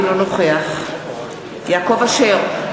אינו נוכח יעקב אשר,